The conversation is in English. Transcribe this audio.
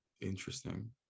interesting